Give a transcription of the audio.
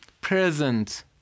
present